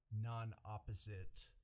non-opposite